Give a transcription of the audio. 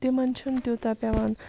تِمَن چھُنہٕ تیوٗتاہ پیٚوان